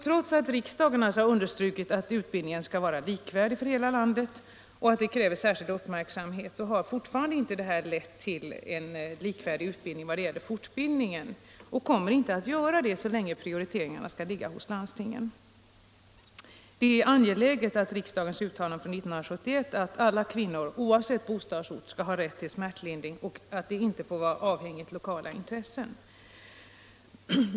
Trots att riksdagen alltså har understrukit att utbildningen i de nya smärtlindringsmetoderna skall vara likvärdig för hela landet och att det förhållandet särskilt skulle uppmärksammas har detta uttalande inte lett till likvärdig fortbildning på området — och kommer inte att göra det så länge prioriteringarna skall ligga hos landstingen. Det är angeläget att riksdagens uttalande från 1971 förverkligas — att alla kvinnor, oavsett bostadsort, skall ha rätt till smärtlindring och att möjligheten att få sådan smärtlindring inte får vara avhängig av lokala intressen.